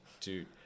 dude